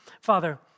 Father